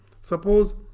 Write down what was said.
Suppose